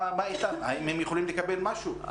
מה איתם - האם הם יכולים לקבל משהו?